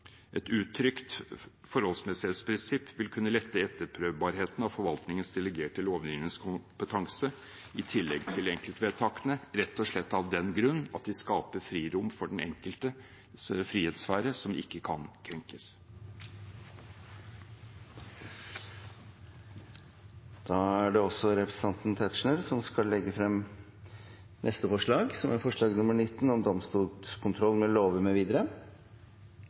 Et uttrykt forholdsmessighetsprinsipp vil kunne lette etterprøvbarheten av forvaltningens delegerte lovgivningskompetanse i tillegg til enkeltvedtakene, rett og slett av den grunn at de skaper frirom for den enkeltes frihetssfære som ikke kan krenkes. Flere har ikke bedt om ordet til grunnlovsforslag 17. Det